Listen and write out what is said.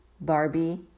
Barbie